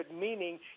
meaning